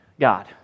God